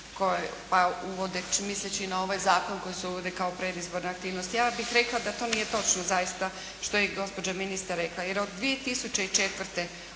uvodeći, misleći na ovaj Zakon koji se uvodi kao predizborne aktivnosti. Ja bih rekla da to nije točno zaista, što je i gospođa ministar rekla. Jer od 2004.